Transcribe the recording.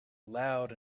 loud